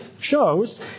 shows